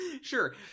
Sure